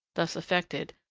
thus effected,